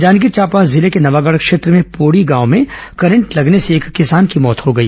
जांजगीर चांपा जिले के नवागढ़ क्षेत्र के पोड़ी गांव में करंट लगने से एक किसान की मौत हो गई